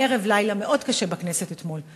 ערב-לילה מאוד קשה בכנסת אתמול,